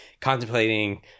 contemplating